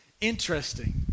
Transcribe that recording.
interesting